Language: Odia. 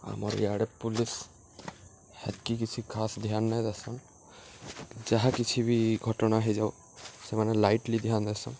ଆମର୍ ଇଆଡ଼େ ପୋଲିସ୍ ହେକି କିଛି ଖାସ୍ ଧ୍ୟାନ ନାଇଁ ଦେସନ୍ ଯାହା କିଛି ବି ଘଟଣା ହୋଇଯାଉ ସେମାନେ ଲାଇଟ୍ଲି ଧ୍ୟାନ ଦେସନ୍